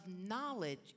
knowledge